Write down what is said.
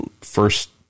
first